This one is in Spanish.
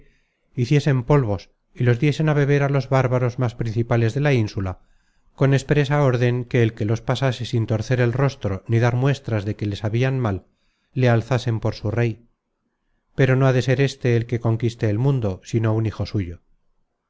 de por sí hiciesen polvos y los diesen á beber á los bárbaros más principales de la insula con expresa orden que el que los pasase sin torcer el rostro ni dar muestras de que le sabian mal le alzasen por su rey pero no ha de ser éste el que conquiste el mundo sino un hijo suyo